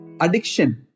Addiction